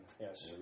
yes